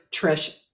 trish